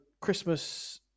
Christmas